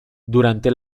durante